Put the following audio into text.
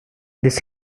this